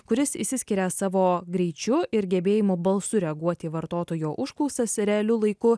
kuris išsiskiria savo greičiu ir gebėjimu balsu reaguoti į vartotojo užklausas realiu laiku